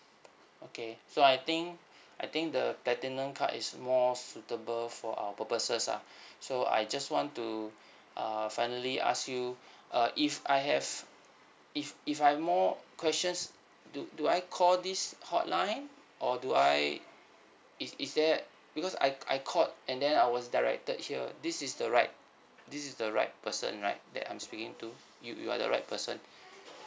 okay so I think I think the platinum card is more suitable for our purposes ah so I just want to err finally ask you uh if I have if if I've more questions do do I call this hotline or do I is is that because I I called and then I was directed here this is the right this is the right person right that I'm speaking to you you are the right person